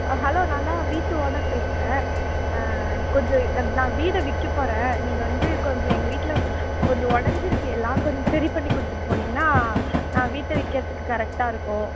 ஆ hello நான் தான் வீட்டு ஓனர் பேசுகிறேன் கொஞ்சம் நான் வீட்ட விற்க போகிறேன் நீங்கள் வந்து கொஞ்சம் எங்கள் வீட்டில் கொஞ்சம் உடஞ்சிருக்கு எல்லாம் கொஞ்சம் சரி பண்ணி கொடுத்துட்டு போனிங்கனா நான் வீட்டை விற்கறத்துக்கு கரெக்டாக இருக்கும்